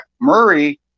Murray